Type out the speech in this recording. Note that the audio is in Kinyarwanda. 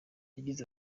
yagize